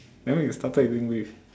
then when you started doing this